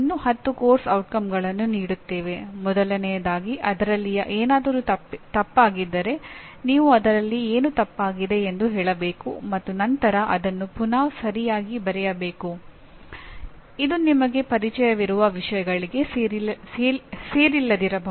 ಈ ಎರಡು ಪದಗಳ ಬಗ್ಗೆ ಕಲಿಯುವವರು ಸಾಹಿತ್ಯವನ್ನು ಅನ್ವೇಷಿಸಲು ಸ್ವಲ್ಪ ಸಮಯವನ್ನು ನೀಡಬೇಕು ಇದರಿಂದಾಗಿ ಈ ಎರಡು ಪದಗಳು ನಿಮಗೆ ನಿರ್ದಿಷ್ಟವಾಗಿ ಅರ್ಥೈಸುತ್ತವೆ